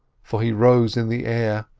for he rose in the air,